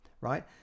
Right